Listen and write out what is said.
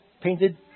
painted